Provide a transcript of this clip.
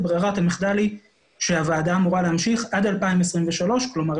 ברירת המחדל היא שהוועדה אמורה להמשיך עד 2023. כלומר,